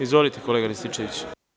Izvolite, kolega Rističeviću.